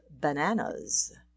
Bananas